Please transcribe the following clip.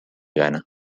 gana